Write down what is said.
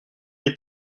est